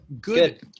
good